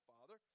Father